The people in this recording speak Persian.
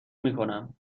میکنم